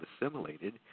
assimilated